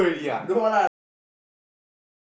don't want lah no no no no no don't want lah